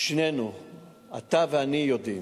הכול, להעלות וכל הדברים.